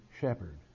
shepherd